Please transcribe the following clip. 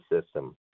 system